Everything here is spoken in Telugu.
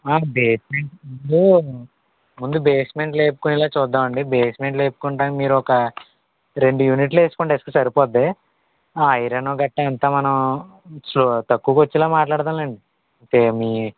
ఏంటంటే ముందు ముందు బేస్మెంట్ లేపుకునేలా చూద్దాం అండి బేస్మెంట్ లేపుకుంటే మీరు ఒక రెండు యూనిట్లు వేసుకోండి ఇసుక సరిపోద్ది ఐరను గట్టా అంతా మనం తక్కువ కొచ్చేలా మాట్లాడదాం లేండి అంటే మీ